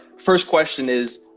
first question is,